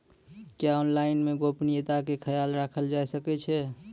क्या ऑनलाइन मे गोपनियता के खयाल राखल जाय सकै ये?